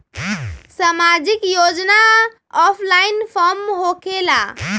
समाजिक योजना offline form होकेला?